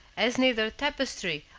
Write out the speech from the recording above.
as neither tapestry,